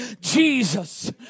Jesus